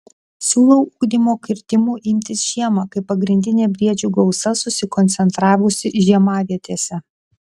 siūlau ugdymo kirtimų imtis žiemą kai pagrindinė briedžių gausa susikoncentravusi žiemavietėse